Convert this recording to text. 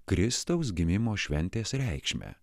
kristaus gimimo šventės reikšme